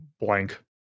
blank